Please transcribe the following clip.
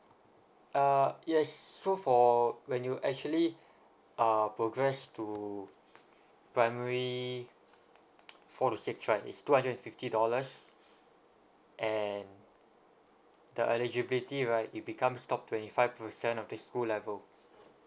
uh yes so for when you actually uh progress to primary four to six right is two hundred and fifty dollars and the eligibility right it becomes top twenty five percent of the school level